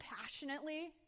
passionately